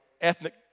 ethnic